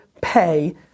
pay